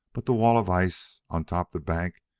but the wall of ice on top the bank,